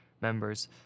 members